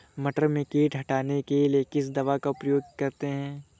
मटर में कीट हटाने के लिए किस दवा का प्रयोग करते हैं?